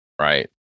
right